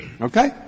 Okay